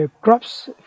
crops